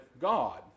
God